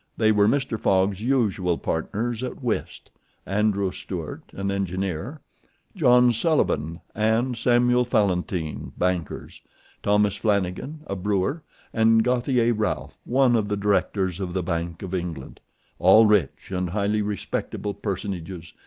they were mr. fogg's usual partners at whist andrew stuart, an engineer john sullivan and samuel fallentin, bankers thomas flanagan, a brewer and gauthier ralph, one of the directors of the bank of england all rich and highly respectable personages,